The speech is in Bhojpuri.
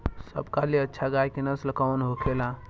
सबका ले अच्छा गाय के नस्ल कवन होखेला?